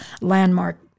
landmark